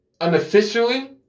unofficially